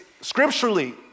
scripturally